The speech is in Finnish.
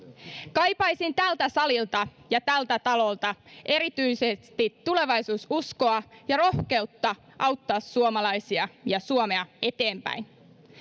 kaipaisin tältä salilta ja tältä talolta erityisesti tulevaisuususkoa ja rohkeutta auttaa suomalaisia ja suomea eteenpäin myös